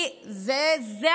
זה איזוק האלקטרוני?